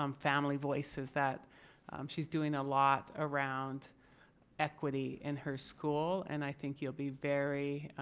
um family voices that she's doing a lot around equity in her school and i think you'll be very